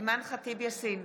אימאן ח'טיב יאסין,